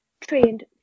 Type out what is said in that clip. trained